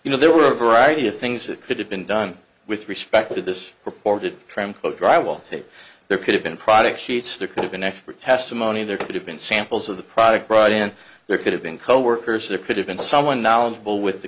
you know there were a variety of things that could have been done with respect to this purported trim quote drywall tape there could have been products sheets there could have been expert testimony there could have been samples of the product brought in there could have been co workers there could have been someone knowledgeable with the